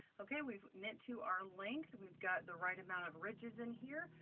okay, we've knit to our length. we've got the right amount of ridges in here.